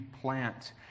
plant